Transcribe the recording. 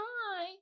hi